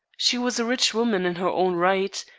she was a rich woman in her own right,